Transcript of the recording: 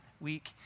week